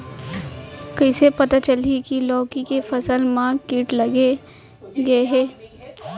कइसे पता चलही की लौकी के फसल मा किट लग गे हे?